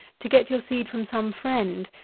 to get your seed from some friend,